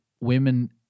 women